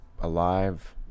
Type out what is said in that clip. alive